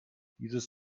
dieses